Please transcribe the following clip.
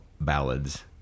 ballads